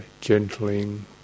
gentling